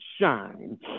shine